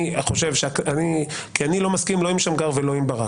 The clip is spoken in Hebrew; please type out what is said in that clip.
כי אני לא מסכים לא עם שמגר ולא עם ברק.